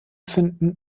finden